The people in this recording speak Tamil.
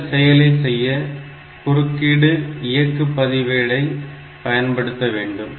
இந்த செயலை செய்ய குறுக்கீடு இயக்கு பதிவேட்டை பயன்படுத்த வேண்டும்